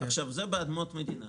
זה באדמות מדינה.